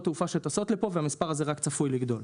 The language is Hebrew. תעופה שטסות לכאן והמספר הזה רק צפוי לגדול.